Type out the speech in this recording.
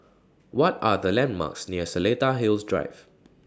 What Are The landmarks near Seletar Hills Drive